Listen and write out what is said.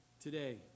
Today